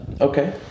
Okay